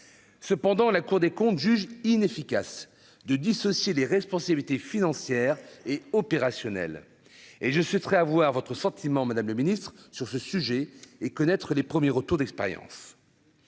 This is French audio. cependant : la Cour des comptes juge inefficace de dissocier les responsabilités financières et opérationnelles et je souhaiterais avoir votre sentiment, Madame le Ministre, sur ce sujet et connaître les premiers retours d'expérience,